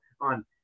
on